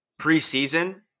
preseason